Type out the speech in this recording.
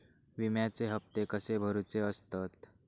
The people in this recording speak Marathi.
विम्याचे हप्ते कसे भरुचे असतत?